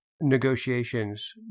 negotiations